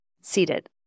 seated